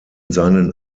seinen